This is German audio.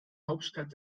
hauptstadt